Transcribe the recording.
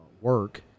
work